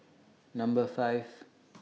Number five